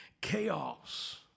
chaos